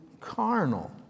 carnal